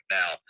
now